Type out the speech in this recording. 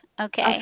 Okay